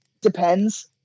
depends